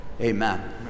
Amen